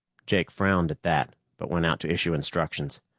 jake frowned at that, but went out to issue instructions.